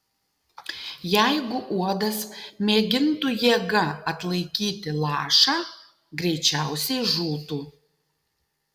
jeigu uodas mėgintų jėga atlaikyti lašą greičiausiai žūtų